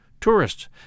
Tourists